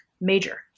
major